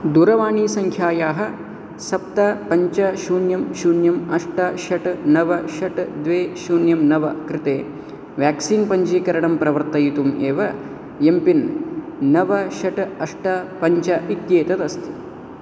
दूरवाणीसङ्ख्यायाः सप्त पञ्च शून्यं शून्यम् अष्ट षट् नव षट् द्वे शून्यं नव कृते व्याक्सीन् पञ्जीकरणं प्रवर्तयितुं एव एम्पिन् नव षट् अष्ट पञ्च इत्येतत् अस्ति